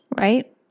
right